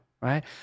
right